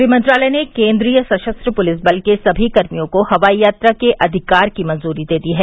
गृहमंत्रालय ने केन्द्रीय सशस्त्र पुलिस बल के सभी कर्मियों को हवाई यात्रा के अधिकार की मंजूरी दे दी है